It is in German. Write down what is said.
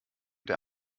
der